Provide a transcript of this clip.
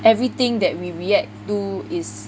everything that we react to is